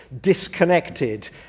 disconnected